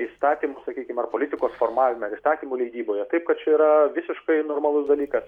įstatymų sakykim ar politikos formavime ar įstatymų leidyboje taip kad čia yra visiškai normalus dalykas